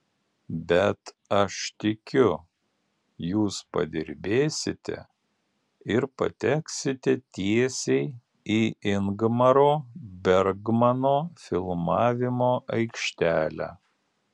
bet aš tikiu jūs padirbėsite ir pateksite tiesiai į ingmaro bergmano filmavimo aikštelę